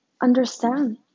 understand